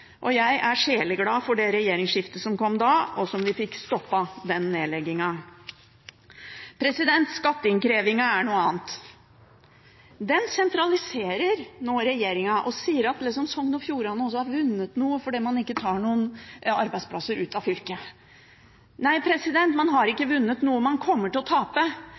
Og jeg er sjeleglad for det regjeringsskiftet som kom da, og at vi fikk stoppet den nedleggingen. Skatteinnkreving er noe annet. Den blir nå sentralisert av regjeringen, som sier at Sogn og Fjordane liksom også har vunnet noe fordi man ikke tar noen arbeidsplasser ut av fylket. Nei, man har ikke vunnet noe, man kommer til å tape,